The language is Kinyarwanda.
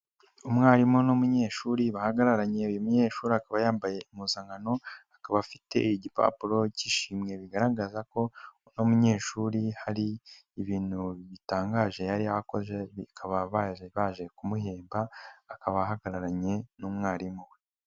Umwarimu n'umunyeshuri bahagarariye, uyu munyeshuri akaba yambaye impuzankano, akaba afite igipapuro cy'ishimwe bigaragaza ko uyu munyeshuri hari ibintu bitangaje yari yakoze, bakaba bari baje kumuhemba akaba ahagararanye n'umwarimu we.